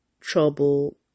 trouble